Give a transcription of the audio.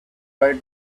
bye